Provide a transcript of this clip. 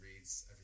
reads